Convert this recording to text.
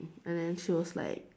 and then she was like